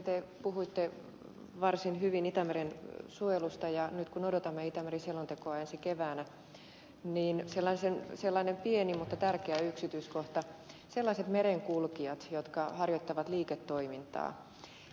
te puhuitte varsin hyvin itämeren suojelusta ja nyt kun odotamme itämeri selontekoa ensi keväänä niin sellainen pieni mutta tärkeä yksityiskohta ovat sellaiset merenkulkijat jotka harjoittavat liiketoimintaa